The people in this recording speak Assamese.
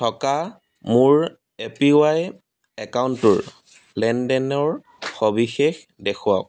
থকা মোৰ এ পি ৱাই একাউণ্টটোৰ লেনদেনৰ সবিশেষ দেখুৱাওক